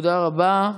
תודה רבה.